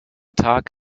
tag